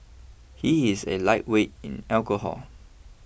he is a lightweight in alcohol